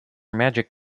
magic